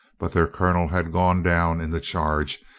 but their colonel had gone down in the charge,